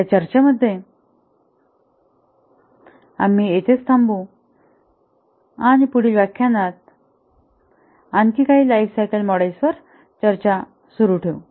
या चर्चेमध्ये आम्ही येथेच थांबू आणि पुढील व्याख्यानात आणखी काही लाइफसायकल मॉडेल्सवर चर्चा सुरू ठेवू